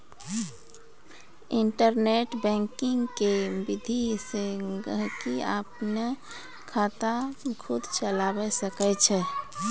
internet banking के विधि से गहकि अपनो खाता खुद चलावै सकै छै